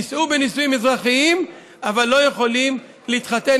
נישאו בנישואים אזרחיים אבל לא יכולות להתחתן